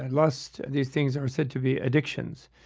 and lust, these things are said to be addictions,